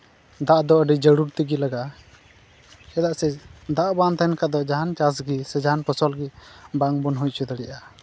ᱫᱟᱜ ᱫᱚ ᱟᱹᱰᱤ ᱡᱟᱹᱨᱩᱲ ᱛᱮᱜᱮ ᱞᱟᱜᱟᱜᱼᱟ ᱪᱮᱫᱟᱜ ᱥᱮ ᱫᱟᱜ ᱵᱟᱝ ᱛᱟᱦᱮᱱ ᱞᱮᱱ ᱠᱷᱟᱡ ᱫᱚ ᱡᱟᱦᱟᱱ ᱪᱟᱥ ᱜᱮ ᱥᱮ ᱡᱟᱦᱟᱱ ᱯᱷᱚᱥᱚᱞ ᱜᱮ ᱵᱟᱝ ᱵᱚᱱ ᱦᱩᱭ ᱦᱚᱪᱚ ᱫᱟᱲᱮᱭᱟᱜᱼᱟ